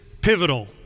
pivotal